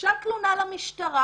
הוגשה תלונה למשטרה.